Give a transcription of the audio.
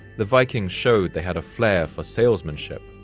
the vikings showed they had a flair for salesmanship.